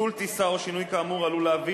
ביטול טיסה או שינוי כאמור עלול להביא